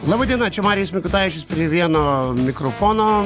laba diena čia marijus mikutavičius prie vieno mikrofono